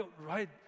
right